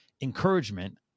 encouragement